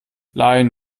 laien